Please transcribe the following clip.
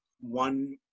one